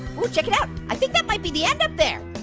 ooh check it out. i think that might be the end up there.